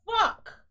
fuck